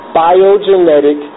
biogenetic